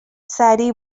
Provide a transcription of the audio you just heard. سریع